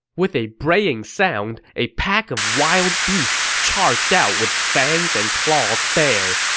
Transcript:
with a braying sound, a pack of wild beasts charged out with fangs and claws bare.